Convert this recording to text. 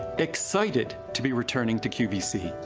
excited to be returning to qvc.